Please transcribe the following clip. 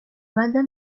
rather